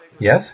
yes